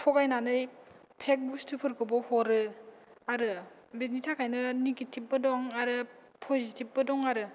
थगायनानै फेक बुसथुफोरखौबो हरो आरो बेनि थाखायनो नेगेटिबबो दं आरो पजिटिबबो दं आरो